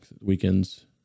weekends